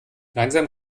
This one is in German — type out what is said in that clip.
langsam